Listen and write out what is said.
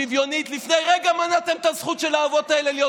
ביקשנו לפני רגע מעל הדוכן הזה את הדבר הכי